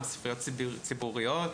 ספריות ציבוריות.